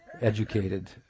educated